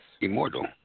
Immortal